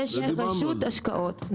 יש רשות השקעות.